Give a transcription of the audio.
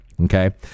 Okay